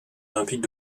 olympique